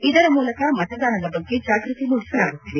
ಇದರ ಮೂಲಕ ಮತದಾನದ ಬಗ್ಗೆ ಜಾಗೃತಿ ಅರಿವು ಮೂಡಿಸಲಾಗುತ್ತಿದೆ